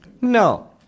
No